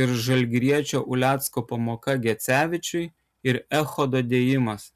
ir žalgiriečio ulecko pamoka gecevičiui ir echodo dėjimas